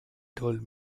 told